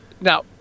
Now